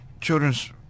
children's